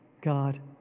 God